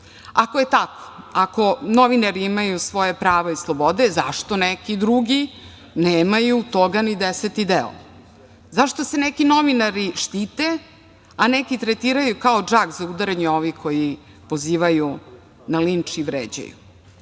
je tako, ako novinari imaju svoja prava i slobode, zašto neki drugi nemaju toga ni deseti deo? Zašto se neki novinari štite, a neki tretiraju, kao džak za udaranje ovih koji pozivaju na linč i vređaju? Kada